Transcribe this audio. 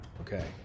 Okay